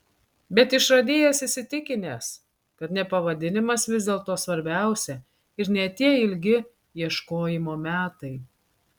bet išradėjas įsitikinęs kad ne pavadinimas vis dėlto svarbiausia ir ne tie ilgi ieškojimo metai